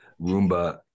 Roomba